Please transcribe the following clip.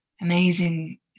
amazing